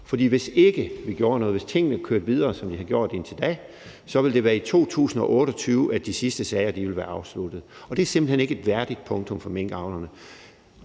For hvis ikke vi gjorde noget, hvis tingene kørte videre, som de har gjort indtil da, så ville det være i 2028, de sidste sager ville være afsluttet, og det er simpelt hen ikke et værdigt punktum for minkavlerne.